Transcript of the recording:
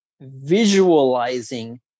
visualizing